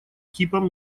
типом